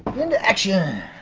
into action.